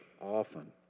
often